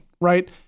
right